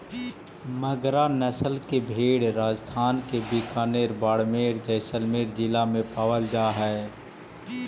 मगरा नस्ल के भेंड़ राजस्थान के बीकानेर, बाड़मेर, जैसलमेर जिला में पावल जा हइ